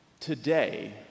Today